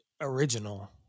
original